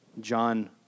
John